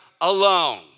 alone